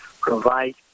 provide